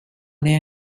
their